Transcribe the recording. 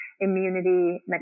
immunity